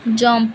jump